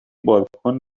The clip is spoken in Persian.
بالکن